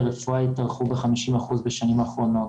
לרפואה התארכו ב-50 אחוז בשנים האחרונות.